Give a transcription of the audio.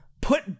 put